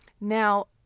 Now